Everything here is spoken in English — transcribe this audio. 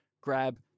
grab